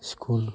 school